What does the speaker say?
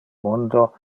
mundo